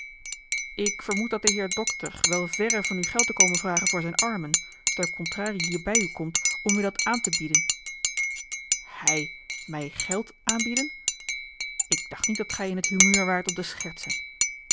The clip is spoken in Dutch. ik vermoed dat de heer dokter wel verre van u geld te komen vragen voor zijne armen ter contrarie hier bij u komt om u dat aan te bieden hij mij geld aanbieden ik dacht niet dat gij in t humeur waart om te schertsen